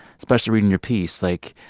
especially reading your piece, like,